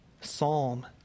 psalm